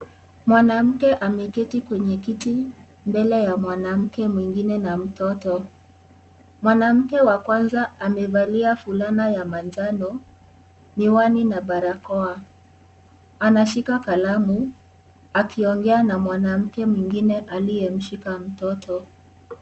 Mwanamke ameketi kwenye kiti, mbele ya mwanamke mwingine na mtoto. Mwanamke wa kwanza, amevalia fulana ya manjano, miwani na barakoa. Anashika kalamu, akiongea na mwanamke mwingine aliyeshika mtoto.